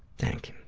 thank